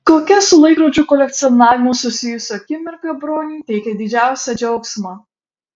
kokia su laikrodžių kolekcionavimu susijusi akimirka broniui teikia didžiausią džiaugsmą